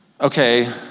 okay